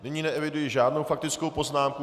Nyní neeviduji žádnou faktickou poznámku.